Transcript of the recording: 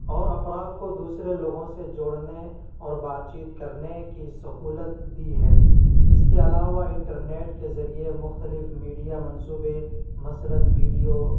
اور افراد کو دوسرے لوگوں سے جوڑنے اور بات چیت کرنے کی سہولت دی ہے اس کے علاوہ انٹرنیٹ کے ذریعے مختلف میڈیا منصوبے مثلاََ ویڈیو